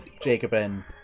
jacobin